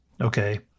Okay